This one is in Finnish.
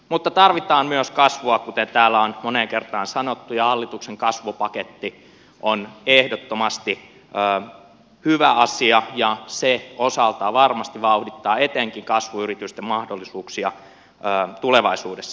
mutta tarvitaan myös kasvua kuten täällä on moneen kertaan sanottu ja hallituksen kasvupaketti on ehdottomasti hyvä asia ja se osaltaan varmasti vauhdittaa etenkin kasvuyritysten mahdollisuuksia tulevaisuudessa